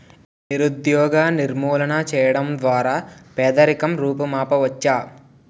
నిరుద్యోగ నిర్మూలన చేయడం ద్వారా పేదరికం రూపుమాపవచ్చు